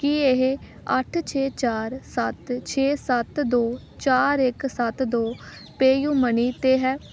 ਕੀ ਇਹ ਅੱਠ ਛੇ ਚਾਰ ਸੱਤ ਛੇ ਸੱਤ ਦੋ ਚਾਰ ਇੱਕ ਸੱਤ ਦੋ ਪੇਯੂਮਨੀ 'ਤੇ ਹੈ